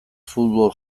futbol